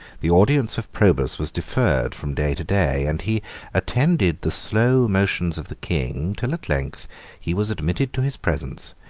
the audience of probus was deferred from day to day and he attended the slow motions of the king, till at length he was admitted to his presence,